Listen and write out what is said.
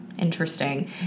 Interesting